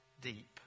deep